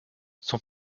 son